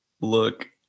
look